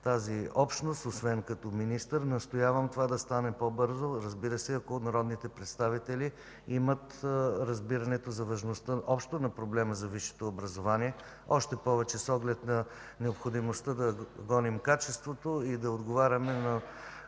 тази общност, освен като министър, настоявам това да стане по-бързо, разбира се, ако народните представители имат разбирането за важността общо на проблема за висшето образование, още повече с оглед на необходимостта да догоним качеството и да отговорим на